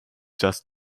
just